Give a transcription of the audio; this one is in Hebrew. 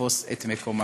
יתפסו את מקומן.